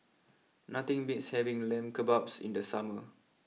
nothing beats having Lamb Kebabs in the summer